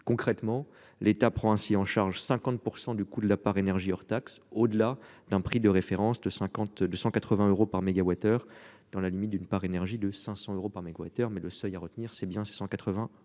concrètement l'état prend ainsi en charge 50% du coût de l'appart énergie hors taxe au-delà d'un prix de référence de 52, 180 euros par MWh dans la limite d'une part énergie de 500 euros par MWh, mais le seuil à retenir c'est bien c'est 180 euros